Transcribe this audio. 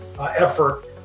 effort